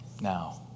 Now